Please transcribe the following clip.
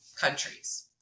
countries